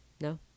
No